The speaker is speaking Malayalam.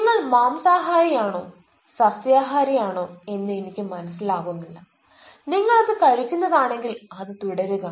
നിങ്ങൾ മാംസാഹാരിയാണോ സസ്യാഹാരി ആണോ എന്ന് എനിക്ക് മനസ്സിലാകുന്നില്ല നിങ്ങൾ അത് കഴിക്കുന്നതാണെങ്കിൽ അത് തുടരുക